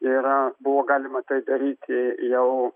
yra buvo galima tai daryti jau